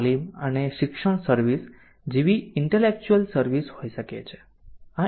તાલીમ અને શિક્ષણ સર્વિસ જેવી ઈન્ટેલેકચ્યુઅલ સર્વિસ હોઈ શકે છે